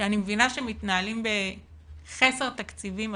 שאני מבינה שמתנהלים בחסר תקציבי מתמיד,